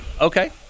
okay